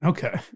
Okay